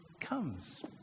comes